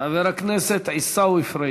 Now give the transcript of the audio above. חבר הכנסת עיסאווי פריג'.